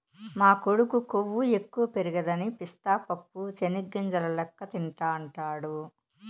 మా కొడుకు కొవ్వు ఎక్కువ పెరగదని పిస్తా పప్పు చెనిగ్గింజల లెక్క తింటాండాడు